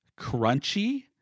crunchy